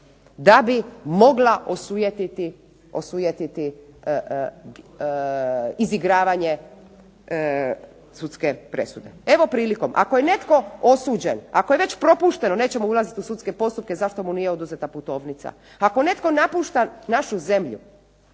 da bi mogla osujetiti izigravanje sudske presuda. Evo prilikom, ako je netko osuđen, ako je već propušteno, nećemo ulaziti u sudske postupke zašto mu nije oduzeta putovnica, ako netko napušta našu zemlju